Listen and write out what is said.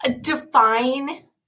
define